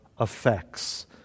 effects